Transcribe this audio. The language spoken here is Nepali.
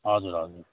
हजुर हजुर